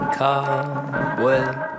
cobweb